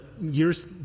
years